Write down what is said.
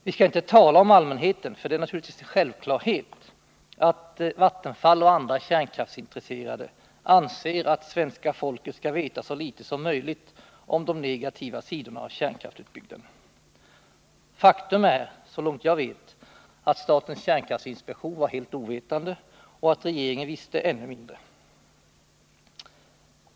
Vi skall inte tala om allmänheten, för det är naturligtvis en självklarhet att Vattenfall och andra kärnkraftsintressenter anser att sversska folket skall veta så litet som möjligt om de negativa sidorna av kärnkraftsutbyggnaden. Faktum är, så långt jag vet, att statens kärnkraftinspektion var helt ovetande och att regeringen om möjligt visste ännu mindre.